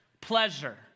pleasure